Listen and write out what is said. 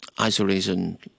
isolation